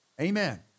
Amen